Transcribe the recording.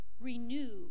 renew